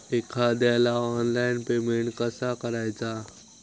एखाद्याला online payment कसा करायचा?